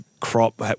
Crop